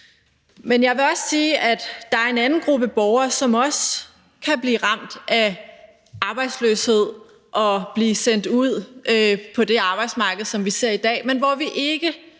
Men jeg vil også sige, at der er en anden gruppe borgere, som også kan blive ramt af arbejdsløshed og blive sendt ud på det arbejdsmarked, som vi ser i dag, men hvor vi ikke